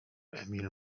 emil